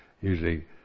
usually